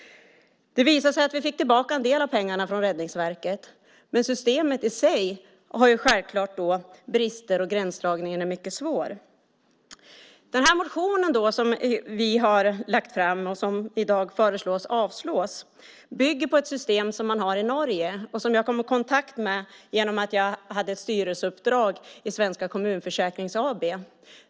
Det visade sig att vi fick tillbaka en del av pengarna från Räddningsverket. Men systemet i sig har självfallet brister, och gränsdragningen är mycket svår. Motionen som vi har väckt och som i dag föreslås avslås bygger på ett system som man har i Norge och som jag kom i kontakt med genom ett styrelseuppdrag som jag hade i Svenska Kommunförsäkrings AB.